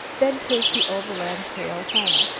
then take the overland trail home.